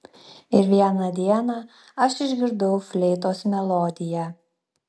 ir vieną dieną aš išgirdau fleitos melodiją